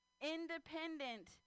independent